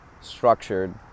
structured